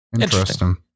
Interesting